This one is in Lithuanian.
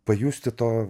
pajusti to